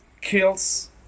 kills